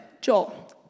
Joel